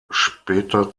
später